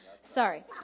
sorry